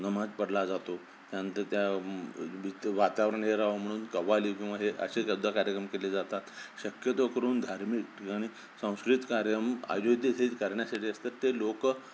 नमाज पढला जातो त्यानंतर त्या वातावरण हे राहावा म्हणून कवाली किंवा हे असे गद्दा कार्यक्रम केले जातात शक्यतो करून धार्मिक आणि संस्कृत कार्यम आयोद्यित करण्यासाठी असतात ते लोकं